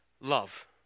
love